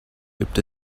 gibt